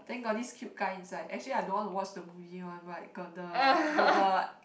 then got this cute guy inside actually I don't want to watch the movie one but got the got the